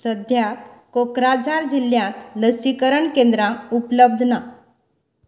सद्या कोक्राझार झिल्ल्यांत लसीकरण केंद्रां उपलब्ध ना